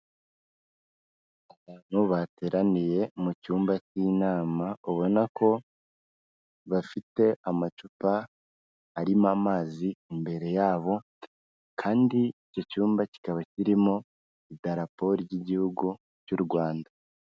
Abantu bateraniye mu cyumba k'inama ubona ko bafite amacupa arimo amazi imbere yabo kandi icyo cyumba kikaba kirimo idarapo ry'igihugu cy'u rwanda.